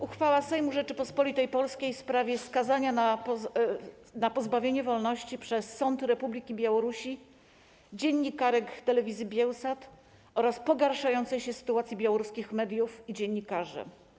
Uchwała Sejmu Rzeczypospolitej Polskiej w sprawie skazania na pozbawienie wolności przez sąd Republiki Białorusi dziennikarek Biełsat TV oraz pogarszającej się sytuacji białoruskich mediów i dziennikarzy.